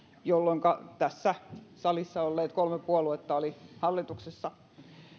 jolloinka tässä salissa olleet kolme puoluetta olivat hallituksessa